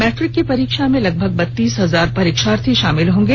matric की परीक्षा में लगभग बत्तीस हजार परीक्षार्थी शामिल होंगे